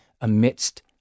amidst